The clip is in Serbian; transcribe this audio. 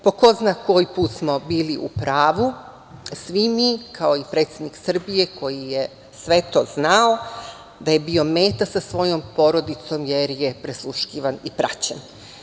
Po ko zna koji put smo bili u pravu svi mi, kao i predsednik Srbije koji je sve to znao da je bio meta sa svojom porodicom jer je prisluškivan i praćen.